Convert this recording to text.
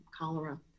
cholera